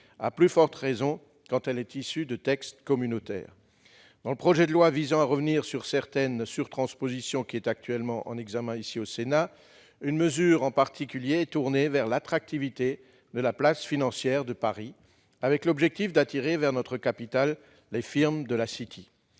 à plus forte raison quand elle est issue de textes communautaires. Dans le projet de loi visant à supprimer certaines surtranspositions, qui est actuellement examiné par le Sénat, une mesure en particulier est tournée vers l'attractivité de la place financière de Paris, avec l'objectif d'attirer vers notre capitale les firmes de la City.